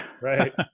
Right